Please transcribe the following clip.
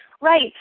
Right